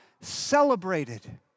celebrated